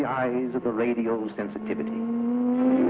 the eyes of the radio sensitivity